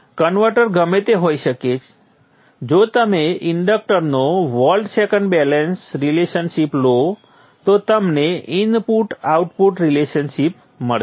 converter ગમે તે હોઈ શકે જો તમે ઇન્ડક્ટરનો વોલ્ટ સેકન્ડ બેલેન્સ રિલેશનશિપ લો તો તમને ઇનપુટ આઉટપુટ રિલેશનશિપ મળશે